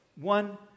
One